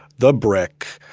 the brick,